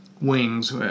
wings